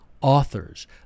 authors